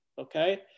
okay